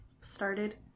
started